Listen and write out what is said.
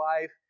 life